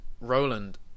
Roland